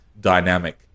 dynamic